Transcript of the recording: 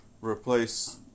replace